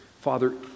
father